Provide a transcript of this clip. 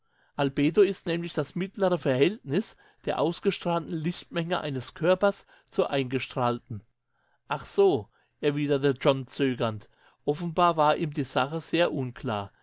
albedo ist nämlich das mittlere verhältnis der ausgestrahlten lichtmenge eines körpers zur eingestrahlten ach so erwiderte john zögernd offenbar war ihm die sache sehr unklar